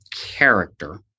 character